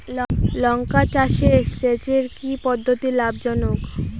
লঙ্কা চাষে সেচের কি পদ্ধতি লাভ জনক?